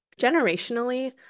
generationally